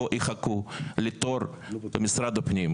יחכו ארבעה חודשים לתור במשרד הפנים.